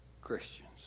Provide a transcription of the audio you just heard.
Christians